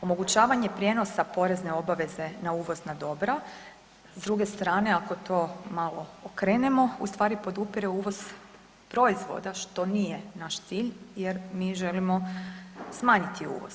Omogućavanje prijenosa porezne obaveze na uvozna dobra s druge strane ako to malo krenemo ustvari podupire uvoz proizvoda što nije naš cilj jer mi želimo smanjiti uvoz.